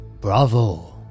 bravo